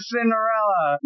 Cinderella